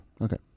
Okay